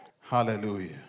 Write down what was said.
Hallelujah